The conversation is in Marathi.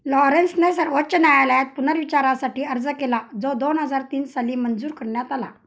लॉरेन्सने सर्वोच्च न्यायालयात पुनर्विचारासाठी अर्ज केला जो दोन हजार तीन साली मंजूर करण्यात आला